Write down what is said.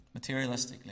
materialistically